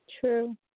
True